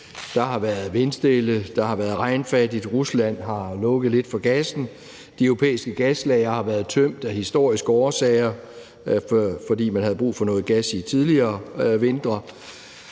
Der har været vindstille, der har været regnfattigt, Rusland har lukket lidt for gassen, de europæiske gaslagre har været tømt af historiske årsager, fordi man havde brug for noget gas i tidligere vintre,